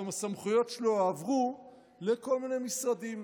גם הסמכויות שלו הועברו לכל מיני משרדים.